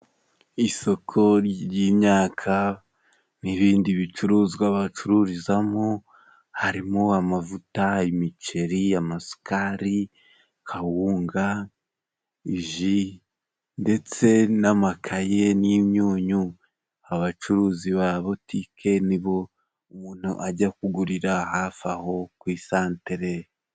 Isoko ry'imyaka n'ibindi bicuruzwa bacururizamo harimo amavuta, imiceri amasukari ,kawunga, ji ndetse n'amakaye n'imyunyu abacuruzi ba butike nibo umuntu ajya kugurira hafi aho ku santere.